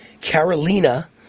Carolina